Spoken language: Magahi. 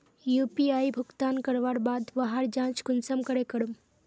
यु.पी.आई भुगतान करवार बाद वहार जाँच कुंसम करे करूम?